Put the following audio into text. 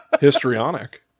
Histrionic